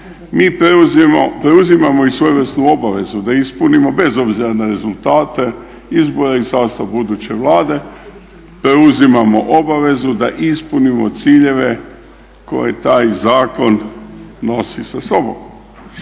mi preuzimamo svojevrsnu obavezu da ispunimo bez obzira na rezultate izbora i sastav buduće vlade preuzimamo obavezu da ispunimo ciljeve koje taj zakon nosi sa sobom.